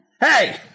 Hey